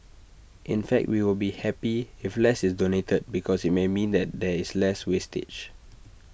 in fact we will be happy if less is donated because IT may mean that there is less wastage